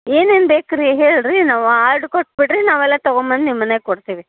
ಏನೇನು ಬೇಕು ರೀ ಹೇಳಿ ರೀ ನಾವು ಆರ್ಡ್ರ್ ಕೊಟ್ಬಿಡಿ ರೀ ನಾವೆಲ್ಲ ತೊಗೊಂಬಂದು ನಿಮ್ಮ ಮನೆಗೆ ಕೊಡ್ತೀವಿ